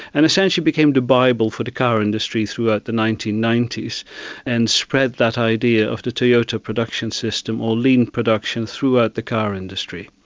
and essentially became the bible for the car industry throughout the nineteen ninety s and spread that idea of the toyota production system or lean production throughout the car industry.